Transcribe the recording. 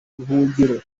buhungiro